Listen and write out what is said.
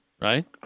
right